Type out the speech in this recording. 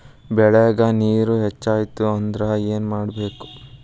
ಬೆಳೇಗ್ ನೇರ ಹೆಚ್ಚಾಯ್ತು ಅಂದ್ರೆ ಏನು ಮಾಡಬೇಕು?